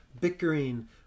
bickering